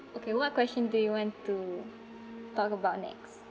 okay what question do you want to talk about next